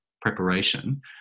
preparation